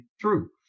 true